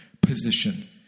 position